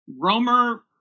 Romer